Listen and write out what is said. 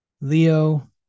Leo